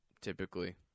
typically